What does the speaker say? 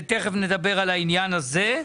תכף נדבר על העניין הזה.